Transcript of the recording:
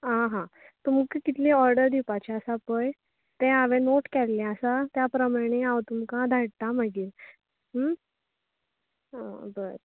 आं हां तुमका कितली ऑर्डर दिवपाची आसा पळय तें हांवें नोट केल्लें आसा ते प्रमाणे हांव तुमका धाडटां मागीर हां बरें